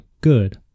good